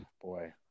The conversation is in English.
boy